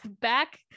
back